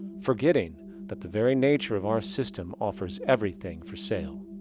forgetting that the very nature of our system offers everything for sale.